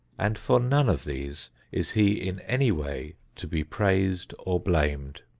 and for none of these is he in any way to be praised or blamed.